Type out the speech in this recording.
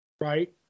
Right